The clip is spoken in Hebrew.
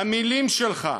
המילים שלך,